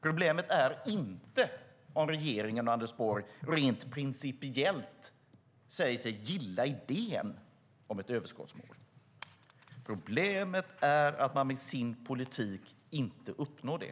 Problemet är inte om regeringen och Anders Borg rent principiellt säger sig gilla idén om ett överskottsmål, utan problemet är man i sin politik inte uppnår det.